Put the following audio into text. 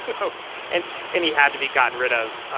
you know and and he had to be gotten rid of.